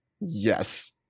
yes